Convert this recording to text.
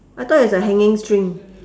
I thought it's a hanging string